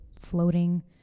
floating